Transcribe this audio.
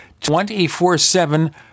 24-7